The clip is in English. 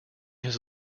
his